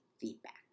feedback